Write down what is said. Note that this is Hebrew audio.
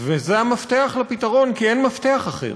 וזה המפתח לפתרון, כי אין מפתח אחר.